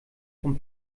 vom